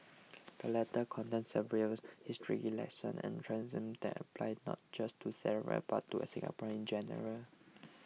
the letter contains several historical lessons and truisms that apply not just to Sara but to a Singaporeans in general